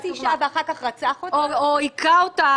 אישה ואחר כך רצח אותה --- או היכה אותה,